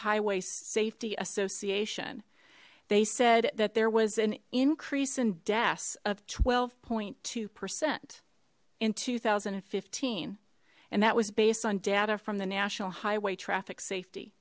highway safety association they said that there was an increase in deaths of twelve point two percent in two thousand and fifteen and that was based on data from the national highway traffic safety